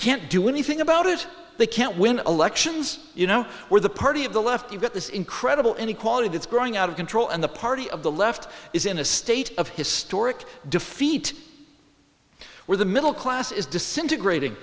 can't do anything about it they can't win elections you know we're the party of the left you've got this incredible inequality that's growing out of control and the party of the left is in a state of historic defeat where the middle class is disintegrating